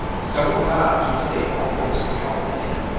so will god keep safe all those who trust in him